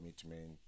commitment